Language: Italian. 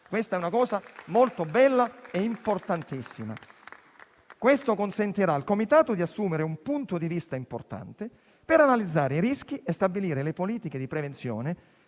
Questa è una cosa molto bella e importantissima. Ciò consentirà al comitato di assumere un punto di vista importante per analizzare i rischi e stabilire le politiche di prevenzione